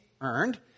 earned